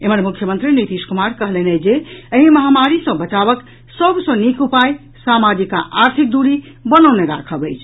एम्हर मुख्यमंत्री नीतीश कुमार कहलनि अछि जे एहि महामारी सँ बचावक सभ सँ नीक उपाय सामाजिक आ आर्थिक दूरी बनौने राखब अछि